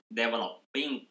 developing